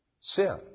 sin